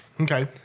Okay